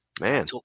Man